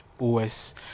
OS